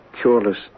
cureless